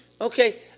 okay